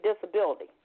disability